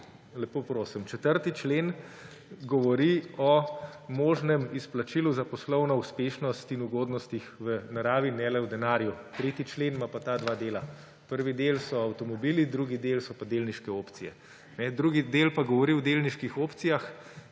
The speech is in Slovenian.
Lepo prosim,4. člen govori o možnem izplačilu za poslovno uspešnost in ugodnostih v naravi, ne le v denarju, 3. člen ima pa ta dva dela; prvi del so avtomobili, drugi del so pa delniške opcije. Drugi del pa govori o delniških opcijah,